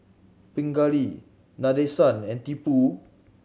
Pingali Nadesan and Tipu